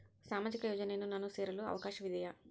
ಸಾಮಾಜಿಕ ಯೋಜನೆಯನ್ನು ನಾನು ಸೇರಲು ಅವಕಾಶವಿದೆಯಾ?